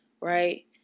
right